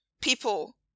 people